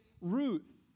Ruth